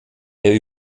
der